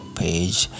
page